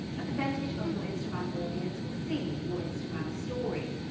a percentage of your instagram audience will see your instagram stories.